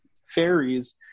fairies